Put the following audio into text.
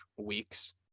weeks